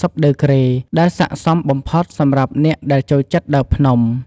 ០ដឺក្រេ ដែលសាកសមបំផុតសម្រាប់អ្នកដែលចូលចិត្តដើរភ្នំ។